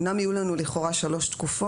אמנם לכאורה יהיו לנו שלוש תקופות,